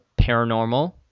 paranormal